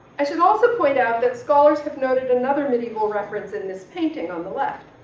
i should also point out that scholars have noted another medieval reference in this painting on the left.